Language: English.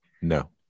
No